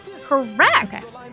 Correct